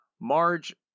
Marge